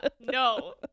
no